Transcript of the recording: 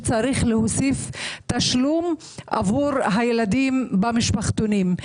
צריך להוסיף תשלום עבור הילדים במשפחתונים.